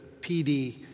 PD